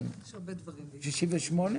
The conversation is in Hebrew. כן, 68?